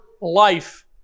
life